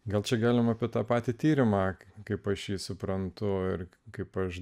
gal čia galima apie tą patį tyrimą kaip aš jį suprantu ir kaip aš